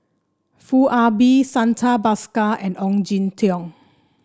Foo Ah Bee Santha Bhaskar and Ong Jin Teong